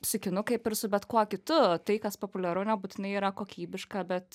su kinu kaip ir su bet kuo kitu tai kas populiaru nebūtinai yra kokybiška bet